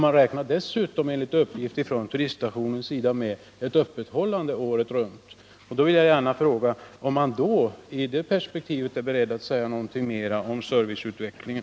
Man räknar dessutom, enligt uppgift från turiststationen, med ett öppethållande året runt. Då vill jag gärna fråga om man i dét perspektivet är beredd att säga något mer om serviceutvecklingen.